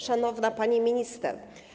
Szanowna Pani Minister!